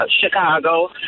Chicago